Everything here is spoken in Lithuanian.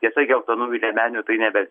tiesa geltonųjų liemenių tai nebe